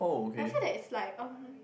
I felt that it's like um